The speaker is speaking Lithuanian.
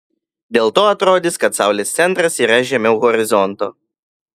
dėl to atrodys kad saulės centras yra žemiau horizonto